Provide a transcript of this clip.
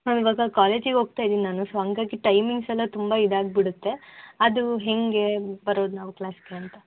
ನಾನು ಇವಾಗ ಕಾಲೇಜಿಗೆ ಹೋಗ್ತಾ ಇದ್ದೀನಿ ನಾನು ಸೊ ಹಾಗಾಗಿ ಟೈಮಿಂಗ್ಸ್ ಎಲ್ಲ ತುಂಬ ಇದಾಗ್ಬಿಡತ್ತೆ ಅದು ಹೇಗೆ ಬರೋದು ನಾವು ಕ್ಲಾಸ್ಗೆ ಅಂತ